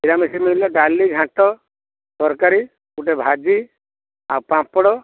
ନିରାମିଷ ମିଲ୍ରେ ଡାଲି ଘାଣ୍ଟ ତରକାରୀ ଗୋଟେ ଭାଜି ଆଉ ପାମ୍ପଡ଼